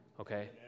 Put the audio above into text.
Okay